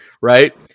right